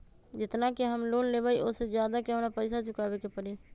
जेतना के हम लोन लेबई ओ से ज्यादा के हमरा पैसा चुकाबे के परी?